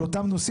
על אותם נושאים.